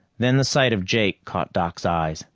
then the sight of jake caught doc's eyes.